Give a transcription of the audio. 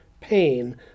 pain